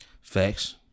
Facts